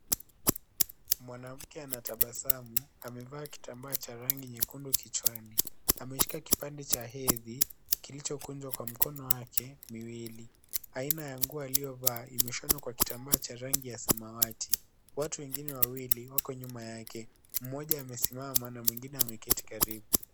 Mwanamke anatabasamu amevaa kitamba cha rangi nyekundu kichwani ameshika kipande cha hedhi kilocho kunjwa mkono wake miwili, aina ya nguo aliyovaa imeshonwa kwa kitambaa cha samawati watu wengine nyuma yake ,mmoja amesimama na mwingine ameketi karibu.